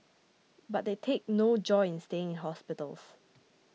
but they take no joy in staying in hospitals